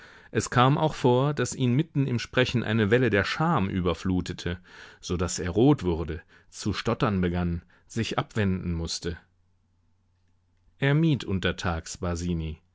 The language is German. es kam auch vor daß ihn mitten im sprechen eine welle der scham überflutete so daß er rot wurde zu stottern begann sich abwenden mußte er mied untertags